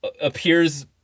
appears